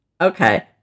Okay